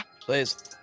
please